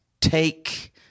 take